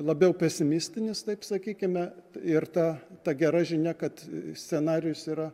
labiau pesimistinis taip sakykime ir ta ta gera žinia kad scenarijus yra